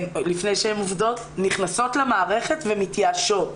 נכנסות למערכת ומתייאשות,